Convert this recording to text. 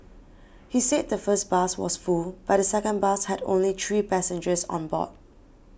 he said the first bus was full but the second bus had only three passengers on board